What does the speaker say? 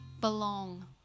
belong